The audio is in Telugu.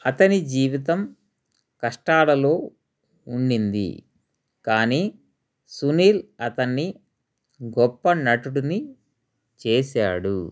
అతని జీవితం కష్టాలలో ఉండింది కానీ సునీల్ అతన్ని గొప్ప నటుడిని చేసాడు